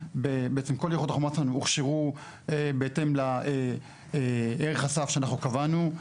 בעצם כל יחידות החומ"ס שלנו הוכשרו בהתאם לערך הסף שאנחנו קבענו,